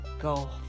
go